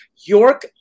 York